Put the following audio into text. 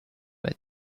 bei